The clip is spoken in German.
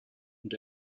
und